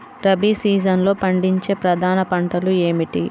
రబీ సీజన్లో పండించే ప్రధాన పంటలు ఏమిటీ?